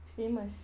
it's famous